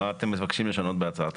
מה אתם מבקשים לשנות בלשון החוק?